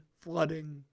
flooding